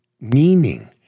meaning